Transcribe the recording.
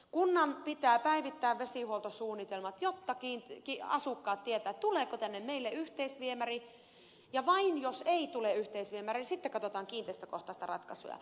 kunnan pitää päivittää vesihuoltosuunnitelmat jotta asukkaat tietävät tuleeko tänne meille yhteisviemäri ja vain jos ei tule yhteisviemäriä sitten katsotaan kiinteistökohtaista ratkaisua